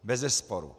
Bezesporu.